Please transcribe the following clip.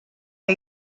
que